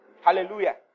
Hallelujah